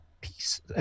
peace